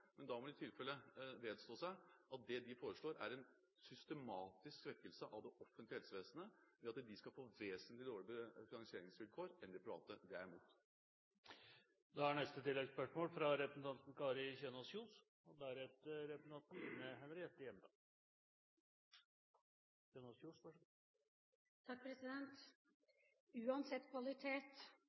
men da må de vedstå seg at det de foreslår, er en systematisk svekkelse av det offentlige helsevesenet ved at de skal få vesentlig dårligere finansieringsvilkår enn de private. Det er jeg imot. Kari Kjønaas Kjos – til oppfølgingsspørsmål. Uansett kvalitet, og